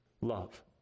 love